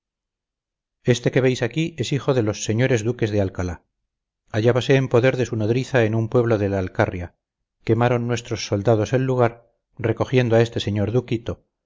este que veis aquí es hijo de los señores duques de alcalá hallábase en poder de su nodriza en un pueblo de la alcarria quemaron nuestros soldados el lugar recogiendo a este señor duquito